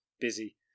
busy